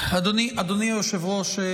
אדוני היושב-ראש,